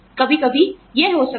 कभी कभी यह हो सकता है